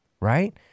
right